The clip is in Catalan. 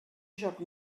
joc